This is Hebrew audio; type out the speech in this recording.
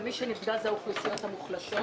ומי שנפגע זה האוכלוסיות המוחלשות